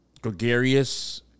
gregarious